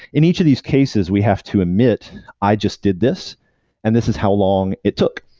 in each of these cases we have to emit i just did this and this is how long it took.